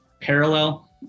parallel